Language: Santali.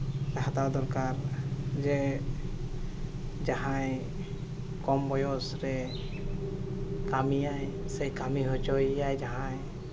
ᱦᱟᱛᱟᱣ ᱫᱚᱨᱠᱟᱨ ᱡᱮ ᱡᱟᱦᱟᱸᱭ ᱠᱚᱢ ᱵᱚᱭᱮᱥ ᱨᱮ ᱠᱟᱹᱢᱤᱭᱟᱭ ᱥᱮ ᱠᱟᱹᱢᱤ ᱦᱚᱪᱚᱭᱮᱭᱟᱭ ᱡᱟᱦᱟᱸᱭ